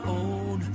own